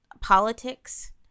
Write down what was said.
politics